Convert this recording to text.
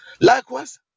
likewise